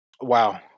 Wow